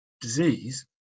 disease